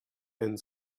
and